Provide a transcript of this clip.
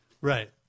Right